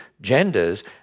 genders